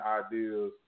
ideas